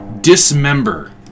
Dismember